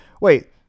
Wait